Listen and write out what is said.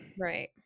right